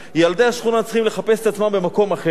ילדי השכונה צריכים לחפש את עצמם במקום אחר.